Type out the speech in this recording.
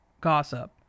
gossip